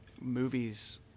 movies